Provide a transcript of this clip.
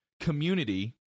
community